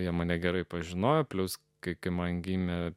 jie mane gerai pažinojo plius kai kai man gimė